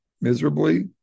miserably